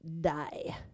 die